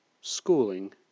schooling